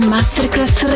Masterclass